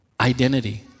Identity